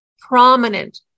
prominent